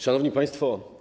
Szanowni Państwo!